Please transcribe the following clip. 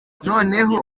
noneho